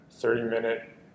30-minute